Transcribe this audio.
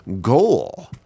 goal